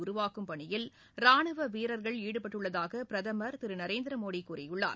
உருவாக்கும் பணியில் ரானுவ வீரர்கள் ஈடுபட்டுள்ளதாக பிரதமர் திரு நரேந்திர மோடி கூறியுள்ளார்